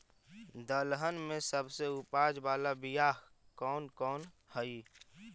दलहन में सबसे उपज बाला बियाह कौन कौन हइ?